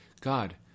God